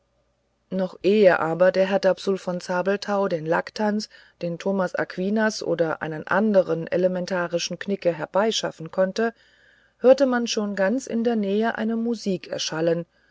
noch ehe aber der herr dapsul von zabelthau den laktanz den thomas aquinas oder einen andern elementarischen knigge herbeischaffen konnte hörte man schon ganz in der nähe eine musik erschallen